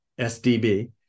SDB